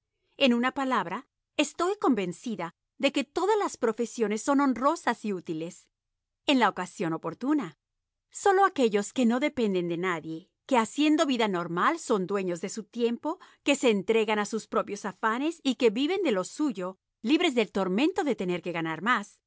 en una palabra estoy convencida de que todas las profesiones son honrosas y útiles en la ocasión oportuna sólo aquellos que no dependan de nadie que haciendo vida normal son dueños de su tiempo que se entregan a sus propios afanes y que viven de lo suyo libres del tormento de tener que ganar más